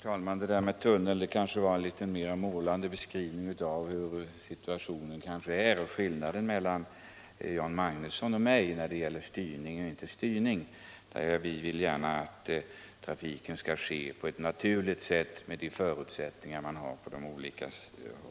Herr talman! Det jag sade om tunneln var kanske mer en bildlig beskrivning av situationen och av skillnaden mellan herr Magnusson i Kristinehamn och mig när det gäller styrning och icke-styrning. Vi vill gärna att trafiken skall ske på ett naturligt sätt med de förutsättningar som föreligger på olika